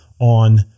on